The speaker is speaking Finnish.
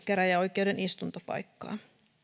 käräjäoikeuden istuntopaikkaa